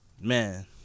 Man